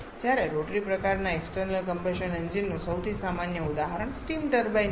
જ્યારે રોટરી પ્રકારના external combustion engine નું સૌથી સામાન્ય ઉદાહરણ સ્ટીમ ટર્બાઇન છે